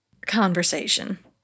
conversation